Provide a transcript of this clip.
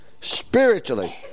spiritually